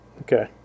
Okay